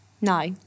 No